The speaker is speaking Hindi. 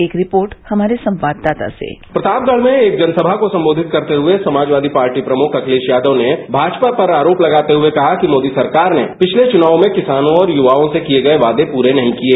एक रिपोर्ट हमारे संवाददाता सेः प्रतापगढ़ में एक जनसभा को संबोधित करते हुए समाजवादी पार्टी प्रमुख अखिलेश यादव ने भाजपा पर आरोप लगाते हुए कहा कि मोदी सरकार ने पिछले चुनाव में किसानों और युवाओं से किये गये वादे पूरे नहीं किये